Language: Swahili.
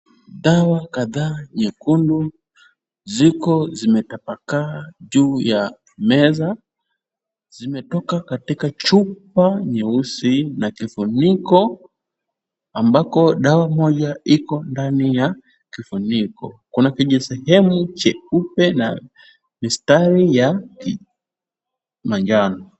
Dawa kadhaa nyekundu ziko zimetapakaa juu ya meza. Zimetoka katika chupa nyeusi na kifuniko ambako dawa moja iko ndani ya kifuniko, kwa kijisehemu cheupe na mistari ya manjano.